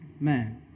Man